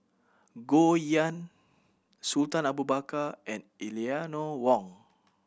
Goh Yihan Sultan Abu Bakar and Eleanor Wong